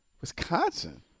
Wisconsin